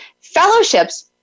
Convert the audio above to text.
Fellowships